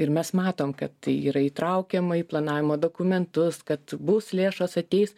ir mes matom kad tai yra įtraukiama į planavimo dokumentus kad bus lėšos ateis